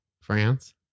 France